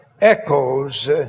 echoes